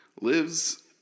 lives